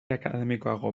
akademikoago